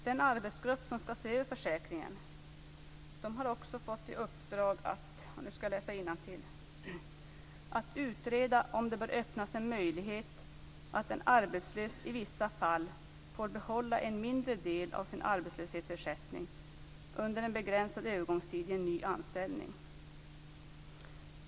Den arbetsgrupp som skall se över försäkringen har också fått i uppdrag - nu skall jag läsa innantill - att utreda om det bör öppnas en möjlighet att en arbetslös i vissa fall får behålla en mindre del av sin arbetslöshetsersättning under en begränsad övergångstid i en ny anställning.